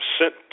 sent